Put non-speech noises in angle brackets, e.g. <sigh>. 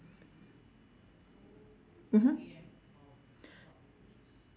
mmhmm <breath>